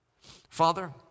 Father